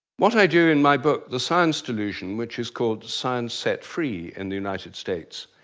what i do in my book the science delusion, which is called science set free in the united states,